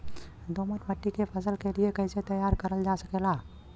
दोमट माटी के फसल के लिए कैसे तैयार करल जा सकेला?